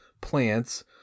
plants